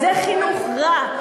זה חינוך רע.